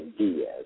ideas